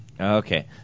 Okay